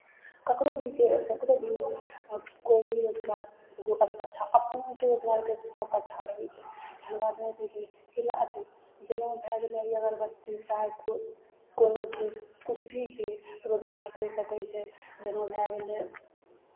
ककरो भी कोइ ककरो भी कोइ भी रोजगार अच्छा अपनासँ रोजगार करै छै सभ अच्छा लगै छै एहन बात नहि छै कि सिलाइ अथि जेना भए गेलै अभी अगरबत्ती चाहे को कोनो चीज किछु भी चीज रोजगार करि सकै छै जेना भए गेलै